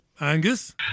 Angus